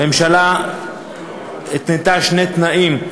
הממשלה התנתה שני תנאים: